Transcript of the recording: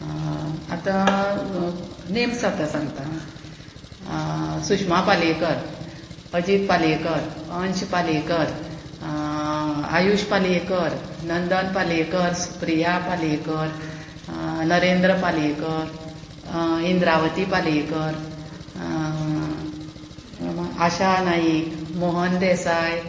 आतां नेम्स आतां सांगता आं सुश्मा पालयेकर अजीत पालयेकर अंश पालयेकर आयुश पालयेकर नंदन पालयेकर सुप्रिया पालयेकर नरेंद्र पालयेकर इंद्रावती पालयेकर आशा नायक मोहन देसाय